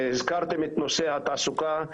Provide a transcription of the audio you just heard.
הזכרתם את נושא התעסוקה,